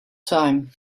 time